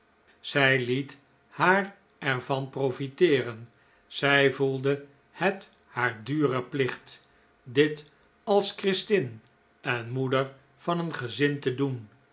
zij liet haar er van profiteeren zij voelde het haar duren plicht dit als christin en moeder van een gezin te doen